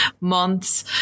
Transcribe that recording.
months